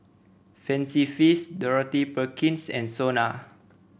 Fancy Feast Dorothy Perkins and Sona